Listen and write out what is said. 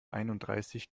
einunddreißig